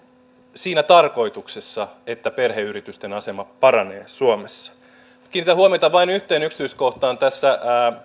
siinä tarkoituksessa että perheyritysten asema paranee suomessa kiinnitän huomiota vain yhteen yksityiskohtaan tässä